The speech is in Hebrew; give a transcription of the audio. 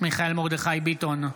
מיכאל מרדכי ביטון,